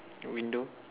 window